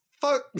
fuck